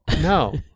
No